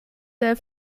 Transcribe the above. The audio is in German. der